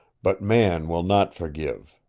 but man will not forgive.